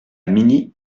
mini